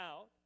out